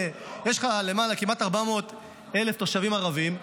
יש לך כמעט 400,000 תושבים ערבים,